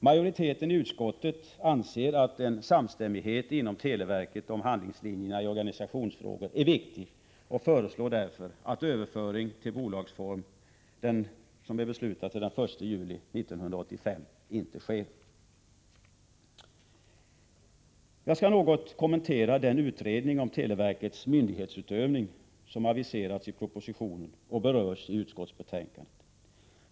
Majoriteten i utskottet anser att en samstämmighet inom televerket om handlingslinjerna i organisationsfrågor är viktig och föreslår därför att Teli inte — som tidigare beslutats — överförs till bolagsform den 1 juli 1985. Jag skall något kommentera den utredning om televerkets myndighetsutövning som aviserats i propositionen och berörs i utskottsbetänkandet.